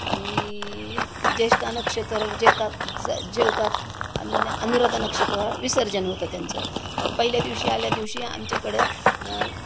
आणि ज्येष्ठा नक्षत्रावर जेतात ज जेवतात अन अनुराधा नक्षत्रावर विसर्जन होतं त्यांचं तर पहिल्या दिवशी आल्या दिवशी आमच्याकडं